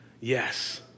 yes